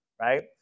right